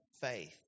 faith